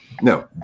no